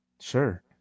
Sure